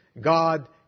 God